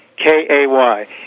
K-A-Y